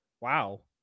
Wow